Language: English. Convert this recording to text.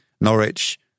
Norwich